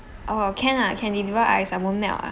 oh can ah can deliver ice ah won't melt ah